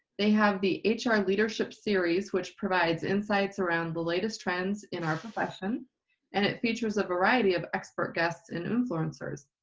they have the hr leadership series which provides insights around the latest trends in our profession and it features a variety of expert guests and influencers,